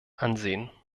ansehen